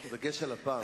בדגש על "הפעם".